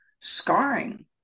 scarring